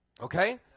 Okay